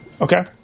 Okay